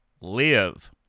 live